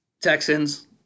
Texans